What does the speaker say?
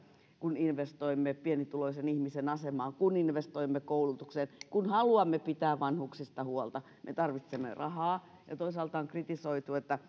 kun investoimme pienituloisen ihmisen asemaan kun investoimme koulutukseen kun haluamme pitää vanhuksista huolta me tarvitsemme rahaa ja on kritisoitu että